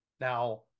Now